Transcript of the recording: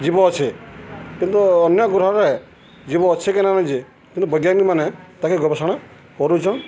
ଜୀବ ଅଛେ କିନ୍ତୁ ଅନ୍ୟ ଗ୍ରହରେ ଜୀବ ଅଛେ କେ ନ ନ ଯେ କିନ୍ତୁ ବୈଜ୍ଞାନିକମାନେ ତାକେ ଗବେଷଣା କରୁଛନ୍